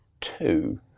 two